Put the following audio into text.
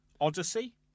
Odyssey